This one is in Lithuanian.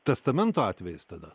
testamento atvejis tada